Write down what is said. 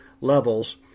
levels